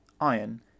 iron